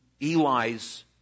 Eli's